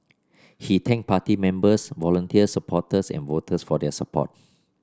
he thanked party members volunteers supporters and voters for their support